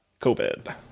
COVID